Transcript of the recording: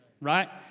right